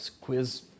Quiz